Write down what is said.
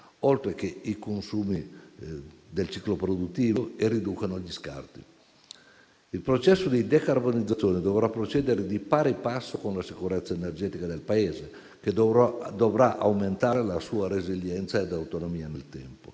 oltre che i consumi del ciclo produttivo e riducano gli scarti. Il processo di decarbonizzazione dovrà procedere di pari passo con la sicurezza energetica del Paese, che dovrà aumentare la sua resilienza e autonomia nel tempo.